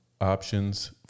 options